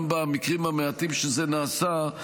גם במקרים המעטים שזה נעשה,